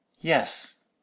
yes